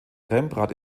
rembrandt